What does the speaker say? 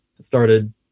started